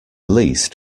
least